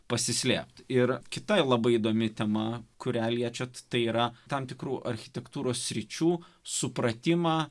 pasislėpti ir kita labai įdomi tema kurią liečiant tai yra tam tikrų architektūros sričių supratimą